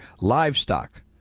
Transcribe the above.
Livestock